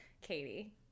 Katie